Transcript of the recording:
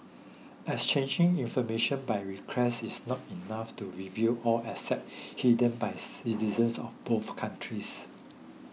exchanging information by request is not enough to reveal all assets hidden by citizens of both countries